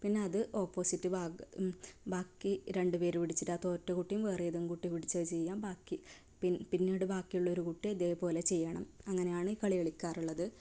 പിന്നെ അത് ഓപോസിറ്റ് ബാക്കി രണ്ട് പേര് പിടിച്ചിട്ട് ആ തോറ്റ കുട്ടിയും വേറെ ഏതെങ്കിലും കൂട്ടിയും പിടിച്ച് അത് ചെയ്യാം ബാക്കി പിന്നീട് ബാക്കിയുള്ളൊരു കുട്ടി ഇതേപോലെ ചെയ്യണം അങ്ങനെയാണ് ഈ കളി കളിക്കാറുള്ളത്